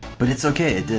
but its ok